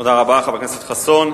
תודה רבה, חבר הכנסת חסון.